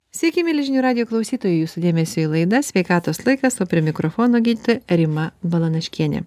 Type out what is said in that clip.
sveiki mieli žinių radijo klausytojai jūsų dėmesiui laida sveikatos laikas o prie mikrofono gydytoja rima balanaškienė